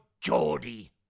Geordie